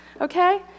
okay